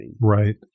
Right